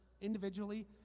individually